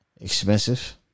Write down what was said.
Expensive